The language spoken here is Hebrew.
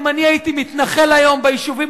אם אני הייתי מתנחל היום ביישובים